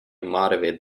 motivate